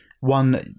One